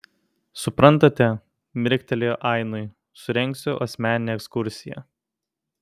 suprantate mirktelėjo ainui surengsiu asmeninę ekskursiją